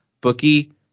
bookie